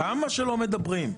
כמה שלא מדברים,